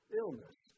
illness